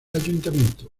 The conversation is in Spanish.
ayuntamiento